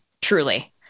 truly